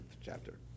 chapter